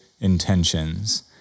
intentions